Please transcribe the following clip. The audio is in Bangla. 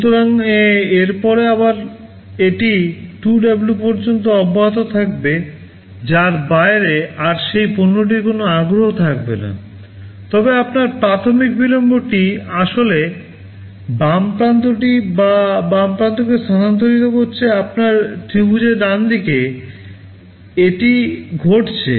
সুতরাং এরপরে আবার এটি 2W পর্যন্ত অব্যাহত থাকবে যার বাইরে আর সেই পণ্যটির কোনও আগ্রহ থাকবে না তবে আপনার প্রাথমিক বিলম্বটি আসলে বাম প্রান্তটি বা বাম প্রান্তকে স্থানান্তরিত করছে আপনার ত্রিভুজের ডানদিকে এটি ঘটছে